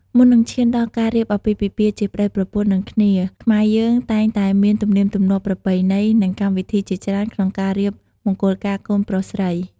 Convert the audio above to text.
មុននឹងឈានដល់ការរៀបអាពាហ៍ពិពាហ៍ជាប្តីប្រពន្ធនឹងគ្នា ខ្មែរយើងតែងតែមានទំនៀមទំលាប់ ប្រពៃណី និងកម្មវិធីជាច្រើនក្នុងការរៀបមង្គលការកូនប្រុសស្រី។